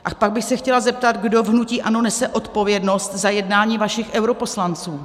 A pak bych se chtěla zeptat, kdo v hnutí ANO nese odpovědnost za jednání vašich europoslanců.